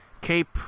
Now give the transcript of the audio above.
Cape